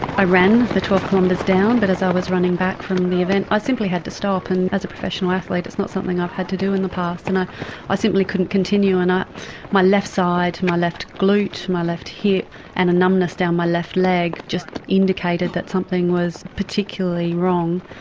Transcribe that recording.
i ran the twelve um kilometres down but as i was running back from the event i simply had to stop and as a professional athlete it's not something i've had to do in the past and i i simply couldn't continue. and my left side, my left glute, my left hip and a numbness down my left leg just indicated that something was particularly wrong.